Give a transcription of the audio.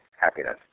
happiness